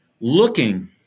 looking